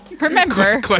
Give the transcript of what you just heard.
remember